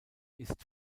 ist